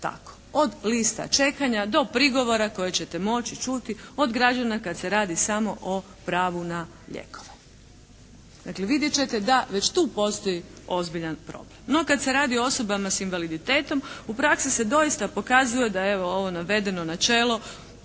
od lista čekanja do prigovora koje ćete moći čuti od građana samo kad se radi o pravu na lijekove. Dakle, vidjet ćete da već tu postoji ozbiljan problem. No, kad se radi o osobama s invaliditetom u praksi se doista pokazuje da evo ovo navedeno načelo